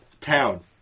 town